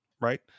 right